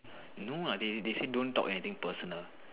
no what they they say don't talk anything personal